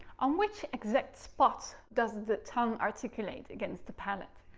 on which exact spot does the tongue articulate against the palate?